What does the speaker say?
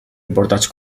importants